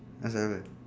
asal apa